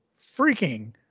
freaking